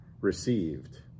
received